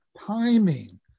timing